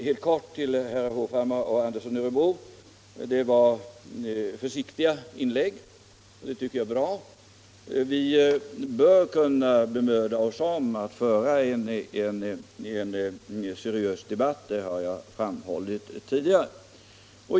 Herrar Hovhammar och Andersson i Örebro gjorde försiktiga inlägg, och det tycker jag är bra. Vi bör kunna bemöda oss om att föra en seriös debatt — jag har framhållit detta tidigare.